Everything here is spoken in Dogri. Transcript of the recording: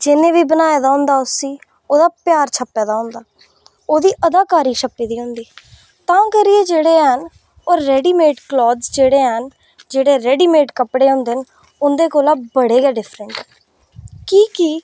जिन्ने बी बनाए दा होंदा उसी बी ओह्दा प्यार छप्पे दा होंदा ओह्दी अदाकारी छप्पी दी होंदी तां करियै जेह्ड़े हैन ओह् रेडीमेड क्लाथ जेह्ड़े हैन जेह्ड़े रेडीमेड कपड़े होंदे न उंदे कोला बड़े गै डिफरेंट होंदे की के